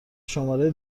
شماره